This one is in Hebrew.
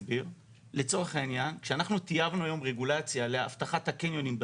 אין לו תפקיד שאמור פורמלית לעשות בקרה על המפרטים,